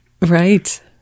Right